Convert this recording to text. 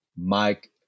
Mike